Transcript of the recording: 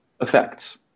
effects